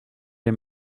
lès